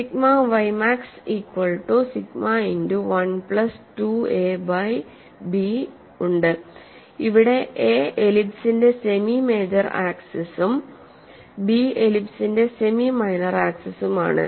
sigma Y max equal to sigma into one plus 2 A by B ഉണ്ട് ഇവിടെ a എലിപ്സിന്റെ semi major ആക്സിസും B എലിപ്സിന്റെ semi minor ആക്സിസും ആണ്